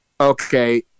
Okay